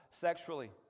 sexually